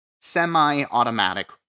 semi-automatic